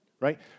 Right